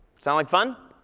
sound like fun?